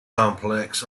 complex